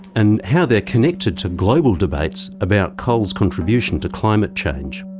and how they're connected to global debates about coal's contribution to climate change.